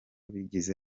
bishyize